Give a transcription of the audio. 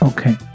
Okay